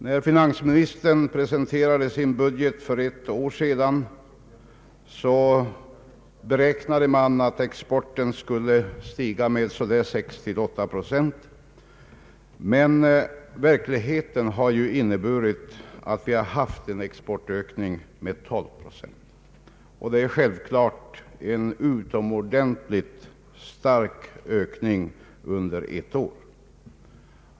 När finansministern presenterade sin budget för ett år sedan, beräknade man att exporten skulle stiga med 6 å 8 procent, men verkligheten har ju inneburit att vi haft en exportökning med 12 procent. Det är självklart en utomordentligt stark ökning under ett år.